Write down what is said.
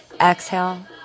exhale